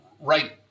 right